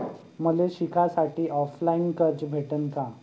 मले शिकासाठी ऑफलाईन कर्ज भेटन का?